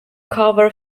cover